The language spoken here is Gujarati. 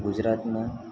ગુજરાતમાં